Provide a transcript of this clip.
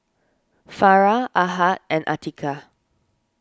Farah Ahad and Atiqah